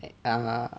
ah uh